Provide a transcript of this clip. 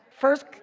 First